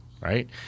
right